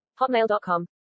Hotmail.com